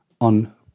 on